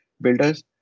builders